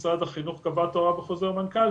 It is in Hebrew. משרד החינוך קבע את ההוראה בחוזר מנכ"ל,